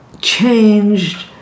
changed